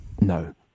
No